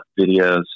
videos